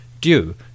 due